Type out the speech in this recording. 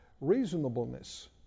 Reasonableness